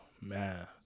man